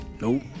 Nope